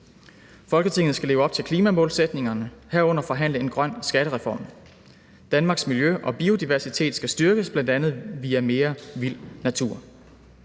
Folketinget skal leve op til klimamålsætningerne, herunder forhandle en grøn skattereform. Danmarks miljø og biodiversitet skal styrkes bl.a. via mere vild natur.